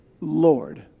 Lord